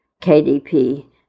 KDP